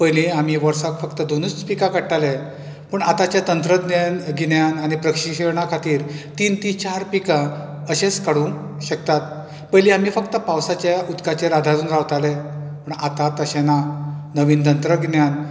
पयली आमी वर्साक फक्त दोनूच पिकां काडटाले पूण आताचे तंत्रज्ञान गिन्यान आनी प्रशिक्षणा खातीर तीन ती चार पिकां अशेच काडूंक शकता पयली आमी फक्त पावसाच्या उदकाचेर आदारून रावताले पूण आता तशें ना नवीन तंत्रगिन्यान